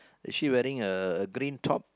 is she wearing a a green top